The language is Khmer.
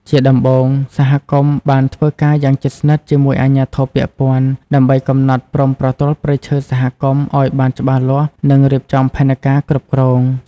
ជាដំបូង សហគមន៍បានធ្វើការយ៉ាងជិតស្និទ្ធជាមួយអាជ្ញាធរពាក់ព័ន្ធ ដើម្បីកំណត់ព្រំប្រទល់ព្រៃឈើសហគមន៍ឱ្យបានច្បាស់លាស់ និងរៀបចំផែនការគ្រប់គ្រង។